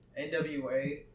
NWA